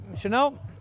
Chanel